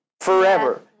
forever